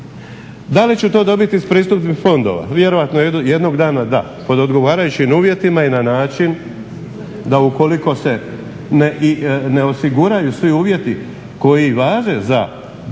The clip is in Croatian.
Da li ću to dobiti iz pristupnih fondova? Vjerojatno jednog dana da pod odgovarajućim uvjetima i na način da ukoliko se ne osiguraju svi uvjeti koji važe za strukturne